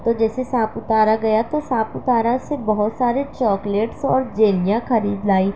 تو جیسے ساپو تارہ گیا تو ساپو پارہ سے بہت سارے چوکلیٹس اور جیلیاں خرید لائی